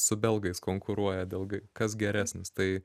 su belgais konkuruoja dėl kas geresnis tai